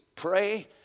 Pray